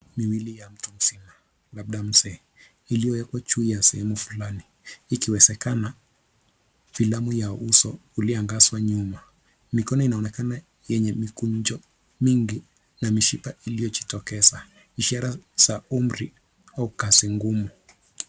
Ni mwili ya mtu mzima labda mzee iliyowekwa juu ya sehemu fulani ikiwezekana filamu ya uso ulioangazwa nyuma. Mikono inaonekana yenye mikunjo mingi na mishipa iliyojitokeza ishara za umri au kazi ngumu.